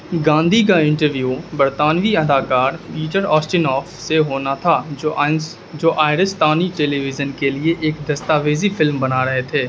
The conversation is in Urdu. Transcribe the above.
گاندھی کا انٹرویو برطانوی اداکار پیٹر آسٹینوف سے ہونا تھا جو جو آئرشتانی ٹیلیویژن کے لیے ایک دستاویزی فلم بنا رہے تھے